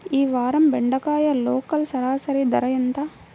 ఈ వారం బెండకాయ లోకల్ సరాసరి ధర ఎంత?